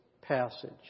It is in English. passage